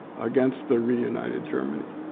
against the reunited germany.